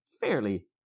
fairly